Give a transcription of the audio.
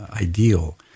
ideal